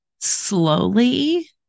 slowly